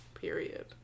period